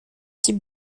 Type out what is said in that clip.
type